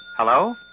Hello